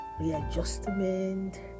Readjustment